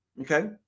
Okay